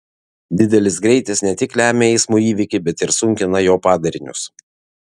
didelis greitis ne tik lemia eismo įvykį bet ir sunkina jo padarinius